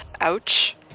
Ouch